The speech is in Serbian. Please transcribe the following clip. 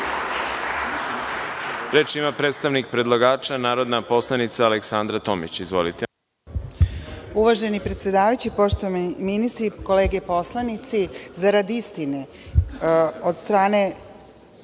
ima predstavnik predlagača, narodna poslanica Aleksandra Tomić. **Aleksandra Tomić** Uvaženi predsedavajući, poštovani ministri, kolege poslanici, za rad istine, od strane